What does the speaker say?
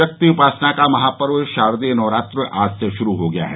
शक्ति की उपासना का महापर्व शारदीय नवरात्र आज से शुरू हो गया है